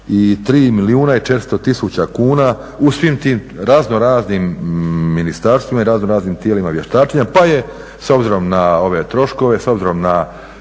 43 milijuna i 400 tisuća kuna u svim tim raznoraznim ministarstvima i raznoraznim tijelima vještačenja. Pa je s obzirom na ove troškove, s obzirom na